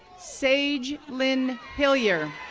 saige lynn hillier,